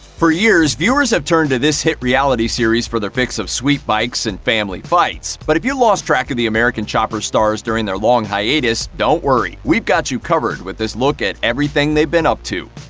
for years, viewers have turned to this hit reality series for their fix of sweet bikes and family fights. but if you lost track of the american chopper stars during their long hiatus, don't worry. we've got you covered with this look at everything they've been up to.